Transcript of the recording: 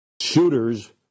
shooters